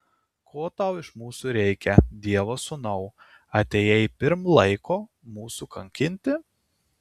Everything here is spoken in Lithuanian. ko tau iš mūsų reikia dievo sūnau atėjai pirm laiko mūsų kankinti